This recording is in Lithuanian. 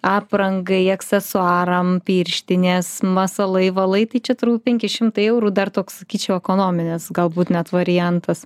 aprangai aksesuaram pirštinės masalai valai tai čia turbūt penki šimtai eurų dar toks sakyčiau ekonominis galbūt net variantas